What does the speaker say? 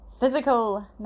physical